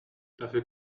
dafür